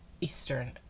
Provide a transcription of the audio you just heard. Eastern